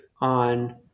on